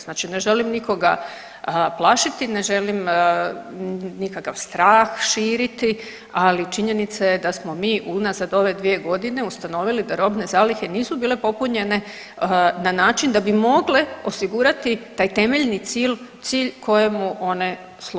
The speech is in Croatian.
Znači ne želim nikoga plašiti, ne želim nikakav strah širiti, ali činjenica je da smo mi unazad ove 2 godine ustanovili da robne zalihe nisu bile popunjene na način da bi mogle osigurati taj temeljni cilj kojemu one služe.